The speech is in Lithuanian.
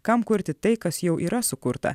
kam kurti tai kas jau yra sukurta